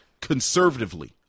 conservatively